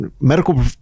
medical